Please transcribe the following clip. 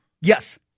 Yes